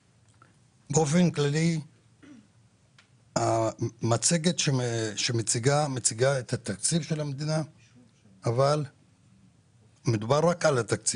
באופן כללי המצגת מציגה את התקציב של המדינה אבל מדובר רק על התקציב.